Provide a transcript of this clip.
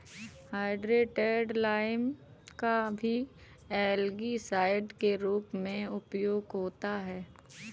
hydrated lime का भी algicide के रूप में उपयोग होता है